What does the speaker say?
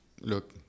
look